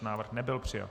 Návrh nebyl přijat.